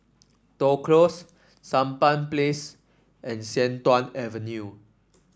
Toh Close Sampan Place and Sian Tuan Avenue